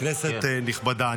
כנסת נכבדה,